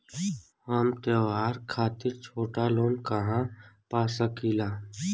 हम त्योहार खातिर छोटा लोन कहा पा सकिला?